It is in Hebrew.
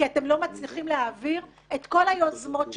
כי אתם לא מצליחים להעביר את כל היוזמות שלכם,